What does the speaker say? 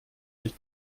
sich